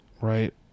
right